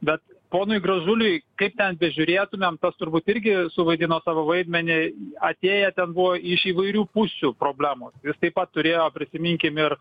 bet ponui gražuliui kaip ten bežiūrėtumėm tas turbūt irgi suvaidino savo vaidmenį atėję ten buvo iš įvairių pusių problemos jis taip pat turėjo prisiminkim ir